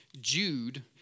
Jude